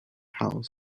house